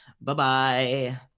bye-bye